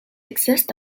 exist